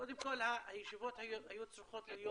קודם כל הישיבות היו צריכות להיות